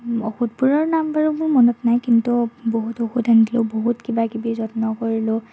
ঔষধবোৰৰ নাম বাৰু মোৰ মনত নাই কিন্তু বহুত ঔষধ আনি দিলোঁ বহুত কিবা কিবি যত্ন কৰিলোঁ